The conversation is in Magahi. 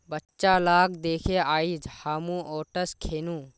बच्चा लाक दखे आइज हामो ओट्स खैनु